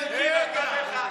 אלקין נתן לך?